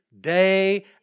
day